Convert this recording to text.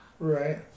Right